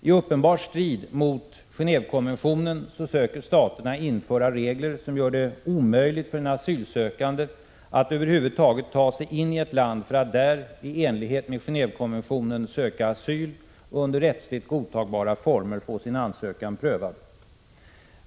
I uppenbar strid mot Genévekonventionen söker staterna införa regler som gör det omöjligt för en asylsökande att över huvud taget ta sig in i ett land för att där i enlighet med Genå&vekonventionen söka asyl och under rättsligt godtagbara former få sin ansökan prövad.